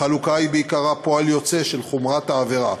החלוקה היא בעיקר פועל יוצא של חומרת העבירה.